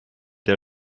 der